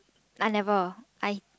I never I